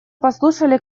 послушали